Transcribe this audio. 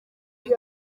yari